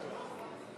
מעבירים.